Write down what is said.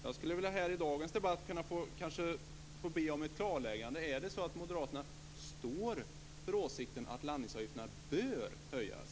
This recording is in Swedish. Jag skulle kanske här i dagens debatt kunna få ett klarläggande: Är det så att Moderaterna står för åsikten att landningsavgifterna bör höjas?